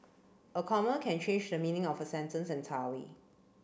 a comma can change the meaning of a sentence entirely